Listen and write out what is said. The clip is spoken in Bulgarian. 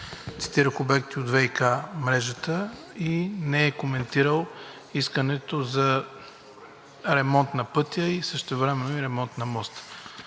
цитирах обекти от ВиК мрежата, и не е коментирал искането за ремонт на пътя, същевременно и ремонт на моста.